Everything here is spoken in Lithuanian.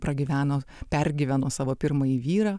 nepragyveno pergyveno savo pirmąjį vyrą